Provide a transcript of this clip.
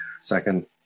Second